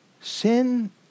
Sin